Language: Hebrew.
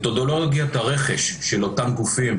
מתודולוגיית הרכש של אותם גופים,